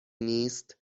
نیست